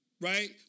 right